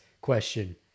question